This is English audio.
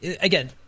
again